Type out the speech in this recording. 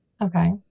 Okay